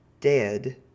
dead